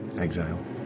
Exile